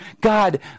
God